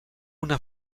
una